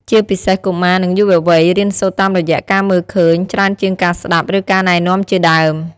ជាពិសេសកុមារ និងយុវវ័យ រៀនសូត្រតាមរយៈការមើលឃើញ ច្រើនជាងការស្ដាប់ ឬការណែនាំជាដើម ។